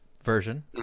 version